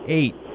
eight